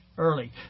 early